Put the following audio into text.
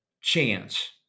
chance